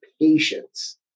patience